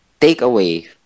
takeaway